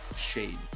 Shade